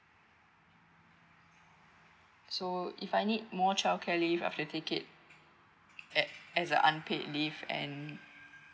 so if I need more childcare leave after take it a~ as a unpaid leave and